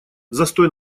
застой